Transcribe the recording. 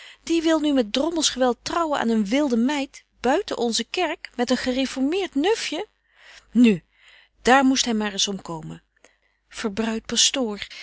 die wil nu met drommels geweld trouwen aan een wilde meid buiten onze kerk met een gereformeert nufje nu daar moest hy maar eens om komen verbruid pastoor